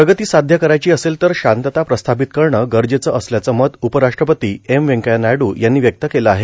प्रगती साध्य करायची असेल तर शांतता प्रस्थापत करणं गरजेचं असल्याचं मत उपराष्ट्रपती एम व्यंकय्या नायडू यांनी व्यक्त केलं आहे